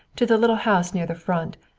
to the little house near the front.